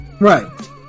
right